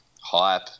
hype